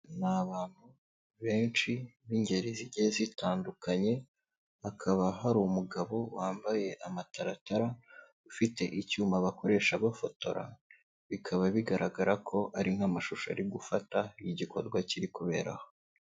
Ni abantu benshi b'ingeri zigiye zitandukanye hakaba hari umugabo wambaye amataratara ufite icyuma bakoresha bafotora bikaba bigaragara ko ari nk'amashusho ari gufata y'igikorwa kiri kubera aho.